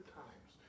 times